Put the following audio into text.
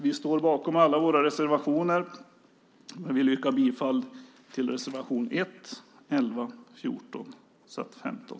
Vi står bakom alla våra reservationer men vill yrka bifall till reservationerna 1, 11, 14 samt 15.